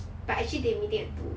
but actually they meeting at two